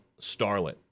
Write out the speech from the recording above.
starlet